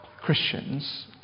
Christians